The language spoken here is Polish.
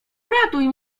ratuj